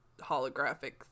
holographic